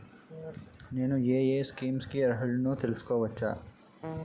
నేను యే యే స్కీమ్స్ కి అర్హుడినో తెలుసుకోవచ్చా?